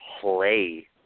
play